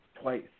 twice